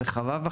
מה